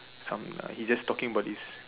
some uh he just talking about this